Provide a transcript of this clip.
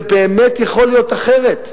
זה באמת יכול להיות אחרת.